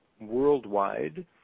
worldwide